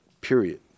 period